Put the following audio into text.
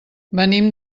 venim